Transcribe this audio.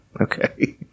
Okay